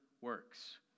works